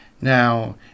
Now